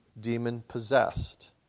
demon-possessed